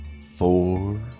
Four